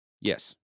Yes